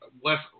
West